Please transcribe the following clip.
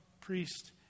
priest